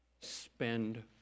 spend